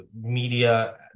media